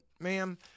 ma'am